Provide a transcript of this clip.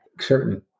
certain